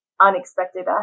unexpected